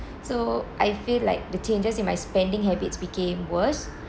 so I feel like the changes in my spending habits became worse